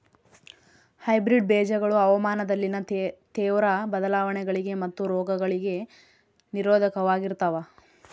hybrid ಬೇಜಗಳು ಹವಾಮಾನದಲ್ಲಿನ ತೇವ್ರ ಬದಲಾವಣೆಗಳಿಗೆ ಮತ್ತು ರೋಗಗಳಿಗೆ ನಿರೋಧಕವಾಗಿರ್ತವ